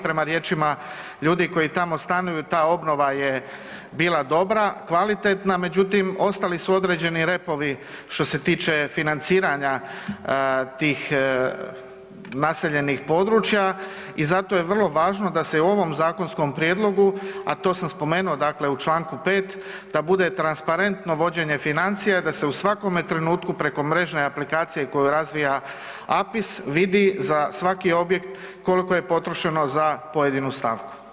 Prema riječima ljudi koji tamo stanuju ta obnova je bila dobra, kvalitetna, međutim ostali su određeni repovi što se tiče financiranja tih naseljenih područja i zato je vrlo važno da se i u ovom zakonskom prijedlogu, a to sam spomenuo dakle u Članku 5. da bude transparentno vođenje financija da se u svakome trenutku preko mrežne aplikacije koju razvija APIS vidi za svaki objekt koliko je potrošeno za pojedinu stavku.